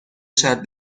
شرط